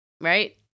right